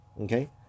Okay